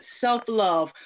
self-love